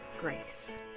grace